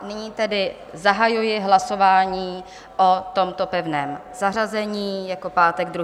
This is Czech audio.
Nyní tedy zahajuji hlasování o tomto pevném zařazení jako pátek druhý bod.